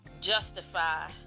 justify